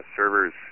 servers